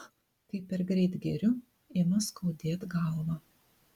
kai per greit geriu ima skaudėt galvą